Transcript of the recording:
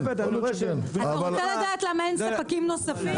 אתה רוצה לדעת למה אין ספקים נוספים?